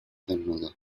desnudos